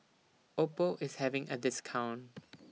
Oppo IS having A discount